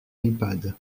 ipad